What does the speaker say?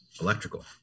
electrical